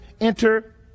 enter